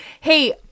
Hey